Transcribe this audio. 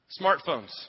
Smartphones